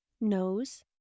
Nose